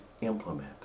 implement